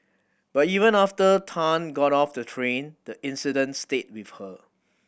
but even after Tan got off the train the incident stayed with her